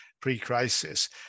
pre-crisis